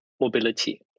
mobility